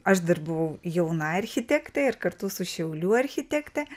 aš dar buvau jauna architektė ir kartu su šiaulių architekte